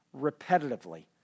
repetitively